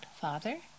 Father